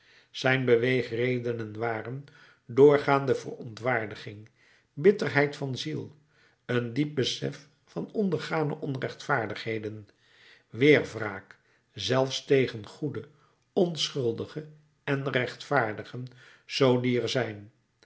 zijn beweegredenen waren doorgaande verontwaardiging bitterheid van ziel een diep besef der ondergane onrechtvaardigheden weerwraak zelfs tegen goeden onschuldigen en rechtvaardigen zoo die er zijn